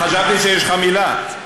חשבתי שיש לך מילה.